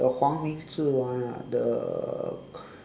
the ��f_�:huang ming zhi one ah the